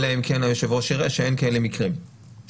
אלא אם כן היושב-ראש יראה שאין כאלה מקרים שקרו.